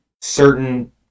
certain